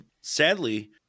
sadly